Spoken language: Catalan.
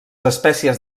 espècies